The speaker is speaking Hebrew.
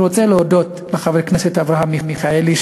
אני רוצה להודות לחבר הכנסת אברהם מיכאלי,